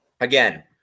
Again